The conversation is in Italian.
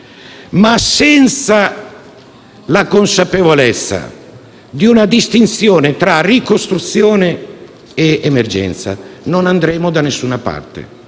ma senza la consapevolezza di una distinzione tra ricostruzione ed emergenza non andremo da alcuna parte.